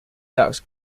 ducks